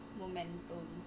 momentum